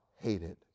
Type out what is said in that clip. hated